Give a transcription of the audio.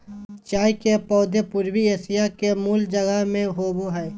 चाय के पौधे पूर्वी एशिया के मूल जगह में होबो हइ